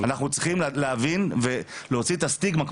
אנחנו צריכים להבין ולהוציא את הסטיגמה,